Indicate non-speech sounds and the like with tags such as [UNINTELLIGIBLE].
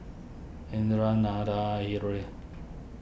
Indira Nathan [UNINTELLIGIBLE]